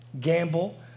gamble